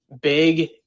big